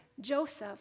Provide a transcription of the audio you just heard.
Joseph